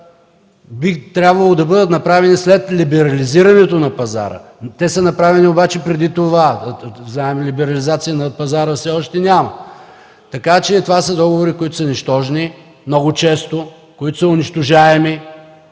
би трябвало да бъдат направени след либерализирането на пазара, те са направени обаче преди това. Знаем, че либерализация на пазара все още няма. Това са договори, които много често са нищожни